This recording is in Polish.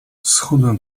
schudłem